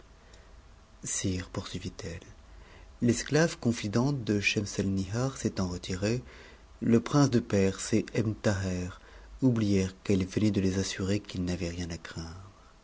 sire poursuivit-elle l'esclave confidente de schemselnihar s'étant retirée le prince de perse et ebn thaher oublièrent qu'elle venait de les assurer qu'ils n'avaient rien à craindre